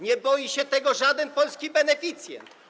Nie boi się tego żaden polski beneficjent.